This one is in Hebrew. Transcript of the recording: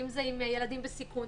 אם זה למשל עם ילדים בסיכון.